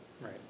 Right